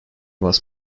was